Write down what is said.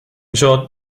short